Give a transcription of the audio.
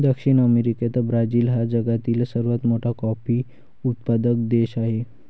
दक्षिण अमेरिकेत ब्राझील हा जगातील सर्वात मोठा कॉफी उत्पादक देश आहे